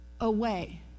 away